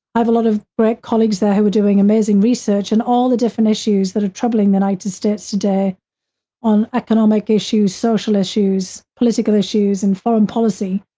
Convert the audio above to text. i have a lot of great colleagues there who are doing amazing research and all the different issues that are troubling the united states today on economic issues, social issues, political issues, and foreign policy.